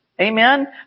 Amen